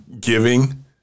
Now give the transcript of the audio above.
giving